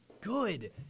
good